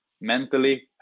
mentally